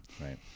Right